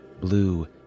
blue